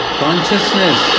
consciousness